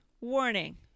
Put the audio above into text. Warning